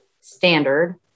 standard